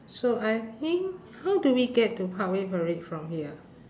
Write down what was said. so I think how do we get to parkway parade from here